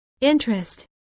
interest